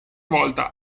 volta